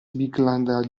bigland